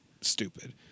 stupid